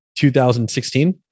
2016